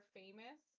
famous